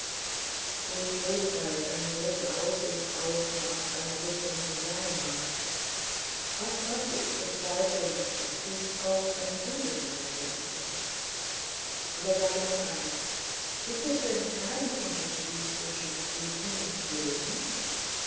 so trostreich eine solche aussicht auch nach einer richtung hin sein mag fast möchte ich bezweifeln daß dies auch eine gute zeit werden wird aber sage mir eins gibt es denn keinen unterschied zwischen guten und bösen